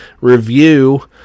review